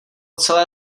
celé